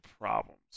problems